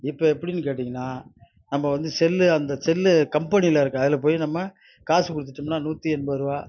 இப்போ எப்படினு கேட்டீங்கனா நம்ம வந்து செல்லு அந்த செல்லு கம்பெனியில் இருக்கற அதில் போய் நம்ம காசு கொடுத்தட்டம்னா நூற்றி எண்பது ரூபா